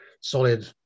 solid